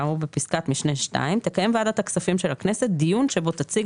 כאמור בפסקת משנה (2); תקיים ועדת הכספים של הכנסת דיון שבו תציג